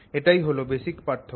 এটাই হল বেসিক পার্থক্য